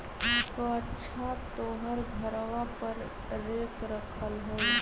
कअच्छा तोहर घरवा पर रेक रखल हई?